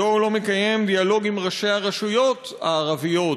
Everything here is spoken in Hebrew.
מדוע הוא לא מקיים דיאלוג עם ראשי הרשויות הערביות,